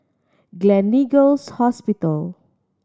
Gleneagles Hospital